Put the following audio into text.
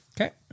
okay